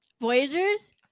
Voyagers